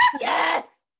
Yes